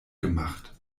gemacht